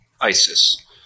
ISIS